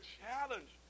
challenge